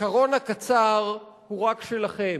הזיכרון הקצר הוא רק שלכם.